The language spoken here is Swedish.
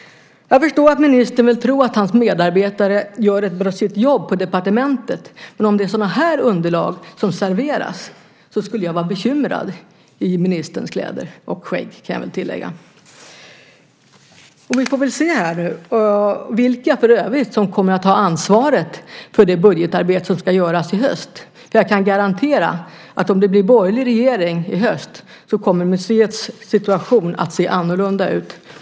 Jag förstår att ministern vill tro att hans medarbetare gör sitt jobb på departementet. Men om det är sådana här underlag som serveras så skulle jag vara bekymrad i ministerns kläder - och skägg, kan jag väl tillägga. Vi får väl för övrigt se vilka som kommer att ha ansvaret för det budgetarbete som ska göras i höst. Jag kan garantera att om det blir en borgerlig regering i höst så kommer museets situation att se annorlunda ut.